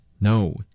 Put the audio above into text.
no